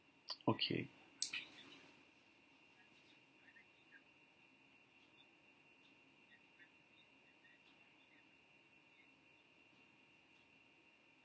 okay